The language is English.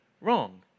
wrong